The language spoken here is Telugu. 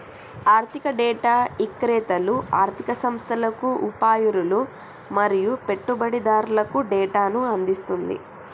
ఆర్ధిక డేటా ఇక్రేతలు ఆర్ధిక సంస్థలకు, యాపారులు మరియు పెట్టుబడిదారులకు డేటాను అందిస్తుంది